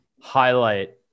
highlight